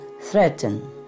threaten